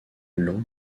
long